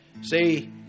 Say